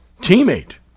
teammate